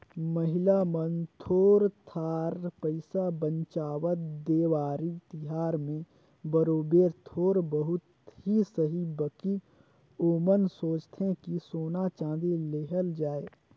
महिला मन थोर थार पइसा बंचावत, देवारी तिहार में बरोबेर थोर बहुत ही सही बकि ओमन सोंचथें कि सोना चाँदी लेहल जाए